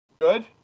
good